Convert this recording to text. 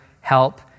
help